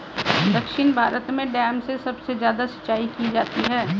दक्षिण भारत में डैम से सबसे ज्यादा सिंचाई की जाती है